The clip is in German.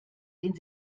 den